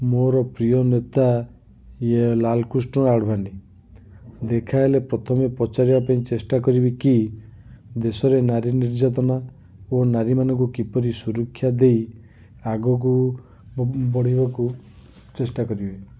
ମୋର ପ୍ରିୟ ନେତା ୟେ ଲାଲ୍ କୃଷ୍ଣ ଆଡ଼ଭାନୀ ଦେଖାହେଲେ ପ୍ରଥମେ ପଚାରିବା ପାଇଁ ଚେଷ୍ଟା କରିବି କି ଦେଶ ରେ ନାରୀ ନିର୍ଯାତନା ଓ ନାରୀ ମାନଙ୍କୁ କିପରି ସୁରକ୍ଷା ଦେଇ ଆଗକୁ ବ ବଢ଼ାଇବାକୁ ଚେଷ୍ଟା କରିବି